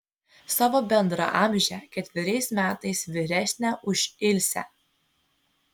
savo bendraamžę ketveriais metais vyresnę už ilsę